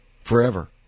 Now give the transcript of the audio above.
forever